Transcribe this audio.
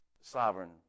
sovereign